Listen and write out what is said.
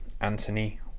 Anthony